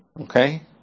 Okay